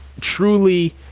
truly